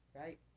right